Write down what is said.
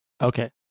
Okay